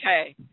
Okay